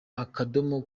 akadomo